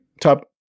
top